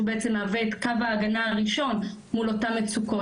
שהוא בעצם מהווה את קו ההגנה הראשון מול אותן מצוקות,